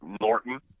Norton